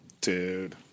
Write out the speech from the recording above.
Dude